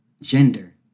gender